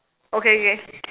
okay okay